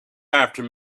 after